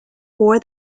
for